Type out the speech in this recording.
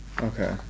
Okay